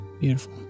Beautiful